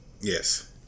Yes